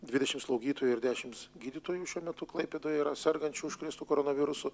dvidešim slaugytojų ir dešims gydytojų šiuo metu klaipėdoje yra sergančių užkrėstų koronavirusu